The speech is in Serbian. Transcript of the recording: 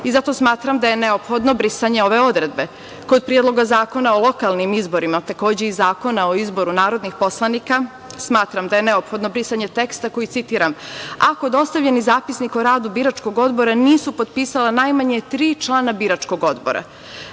Zato smatram da je neophodno brisanje ove odredbe. Kod Predloga zakona o lokalnim izborima, takođe i Zakona o izboru narodnih poslanika, smatram da je neophodno brisanje teksta, citiram – ako dostavljeni zapisnik o radu biračkog odbora nisu potpisala najmanje tri člana biračkog odbora.